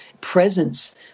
presence